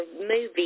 movie